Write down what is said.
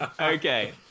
Okay